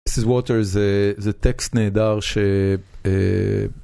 This is Water זה טקסט נהדר ש...